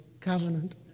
covenant